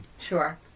Sure